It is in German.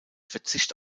verzicht